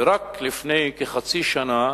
ורק לפני כחצי שנה